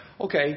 okay